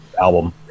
album